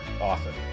often